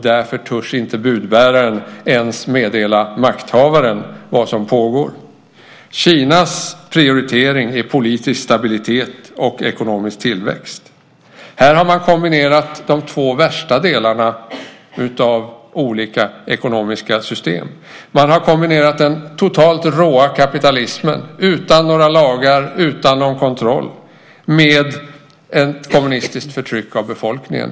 Därför törs budbäraren inte meddela makthavaren vad som pågår. Kinas prioritering är politisk stabilitet och ekonomisk tillväxt. Man har kombinerat de två värsta delarna i olika ekonomiska system. Man har kombinerat den totala råa kapitalismen, utan några lagar, utan någon kontroll, med ett kommunistiskt förtryck av befolkningen.